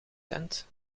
tent